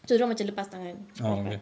so dorang macam lepas tangan cepat-cepat